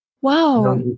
Wow